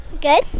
Good